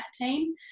team